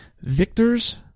victors